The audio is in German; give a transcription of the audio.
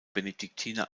benediktiner